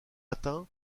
atteint